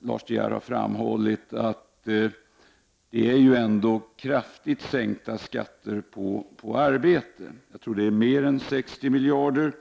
Lars De Geer har framhållit, faktiskt fråga om kraftigt sänkta skatter på arbete — jag tror att sänkningen uppgår till mer än 60 miljarder.